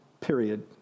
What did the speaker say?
period